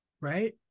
Right